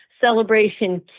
Celebration